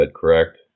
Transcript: correct